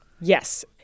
Yes